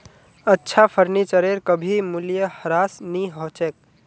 अच्छा फर्नीचरेर कभी मूल्यह्रास नी हो छेक